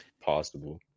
possible